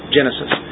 Genesis